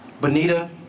Bonita